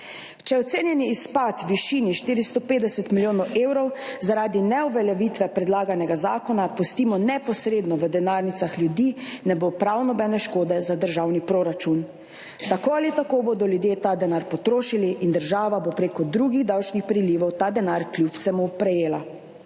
Če ocenjeni izpad v višini 450 milijonov evrov zaradi neuveljavitve predlaganega zakona pustimo neposredno v denarnicah ljudi, ne bo prav nobene škode za državni proračun. Tako ali tako bodo ljudje ta denar potrošili in država bo preko drugih davčnih prilivov ta denar kljub vsemu prejela.